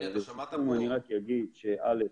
לסיכום אני רק אגיד, א',